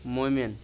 موٗمِن